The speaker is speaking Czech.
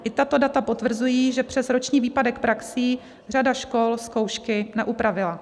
I tato data potvrzují, že přes roční výpadek praxí řada škol zkoušky neupravila.